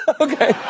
Okay